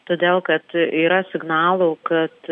todėl kad yra signalų kad